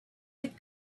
had